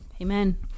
Amen